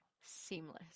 seamless